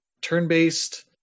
turn-based